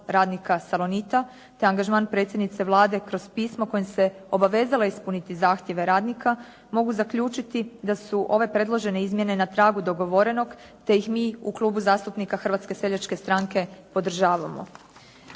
radnika "Salonita", te angažman predsjednice Vlade kroz pismo kojim se obavezala ispuniti zahtjeve radnika mogu zaključiti da su ove predložene izmjene na tragu dogovorenog, te ih mi u Klubu zastupnika Hrvatske seljačke stranke podržavamo.